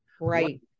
right